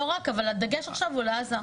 לא רק, אבל הדגש עכשיו הוא על עזה.